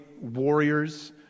warriors